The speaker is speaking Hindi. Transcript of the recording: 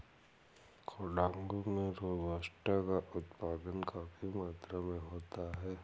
कोडागू में रोबस्टा का उत्पादन काफी मात्रा में होता है